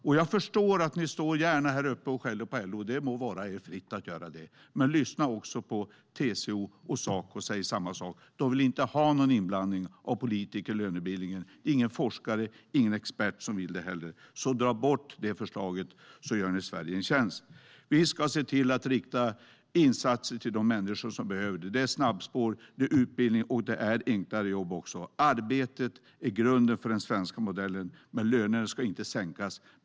Det står er fritt att skälla på LO, men TCO och Saco säger samma sak: De vill inte ha någon inblandning av politiker i lönebildningen. Det vill ingen forskare eller expert heller. Dra bort det förslaget så gör ni Sverige en tjänst. Vi ska rikta insatser till de människor som behöver det. Det handlar om snabbspår, utbildning och enklare jobb. Arbetet är grunden för den svenska modellen, men löner ska inte sänkas.